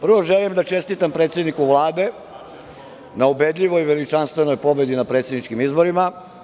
Prvo želim da čestitam predsedniku Vlade na ubedljivoj i veličanstvenoj pobedi na predsedničkim izborima.